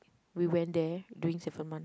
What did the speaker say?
we went there during seventh month